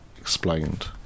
explained